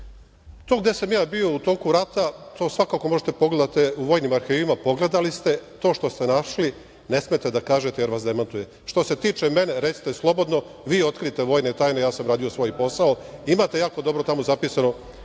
gde sam ja bio u toku rata, to svakako možete da pogledate u vojnim arhivima, pogledali ste, to što ste našli ne smete da kažete, jer vas demantujete. Što se tiče mene, recite slobodno, vi otkrijte vojne tajne, ja sam radio svoj posao. Imate jako dobro tamo zapisano